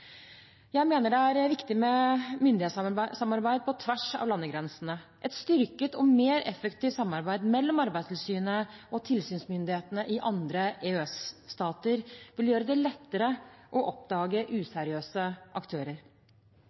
Jeg mener det er viktig med myndighetssamarbeid på tvers av landegrensene. Et styrket og mer effektivt samarbeid mellom Arbeidstilsynet og tilsynsmyndighetene i andre EØS-stater vil gjøre det lettere å oppdage useriøse aktører.